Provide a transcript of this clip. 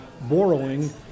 borrowing